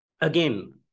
again